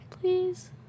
Please